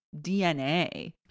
DNA